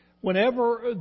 whenever